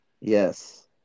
Yes